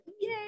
Yay